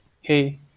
Hey